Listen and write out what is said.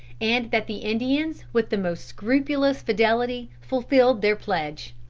and that the indians with the most scrupulous fidelity fulfilled their pledge.